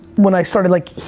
when i started like,